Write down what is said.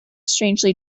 strangely